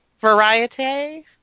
variety